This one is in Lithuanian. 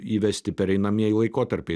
įvesti pereinamieji laikotarpiai